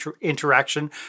interaction